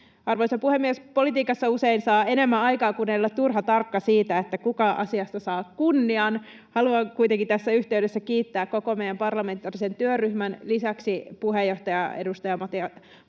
Arvoisa puhemies! Politiikassa usein saa enemmän aikaan, kun ei ole turhan tarkka siitä, kuka asiasta saa kunnian. Haluan kuitenkin tässä yhteydessä kiittää koko meidän parlamentaarisen työryhmän lisäksi puheenjohtaja, edustaja Matias